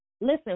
Listen